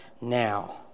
now